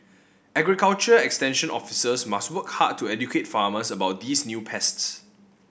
agriculture extension officers must work hard to educate farmers about these new pests